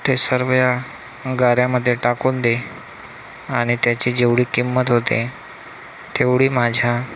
ते सर्व या गाऱ्यामध्ये टाकून दे आणि त्याची जेवढी किंमत होते तेवढी माझ्या